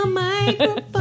microphone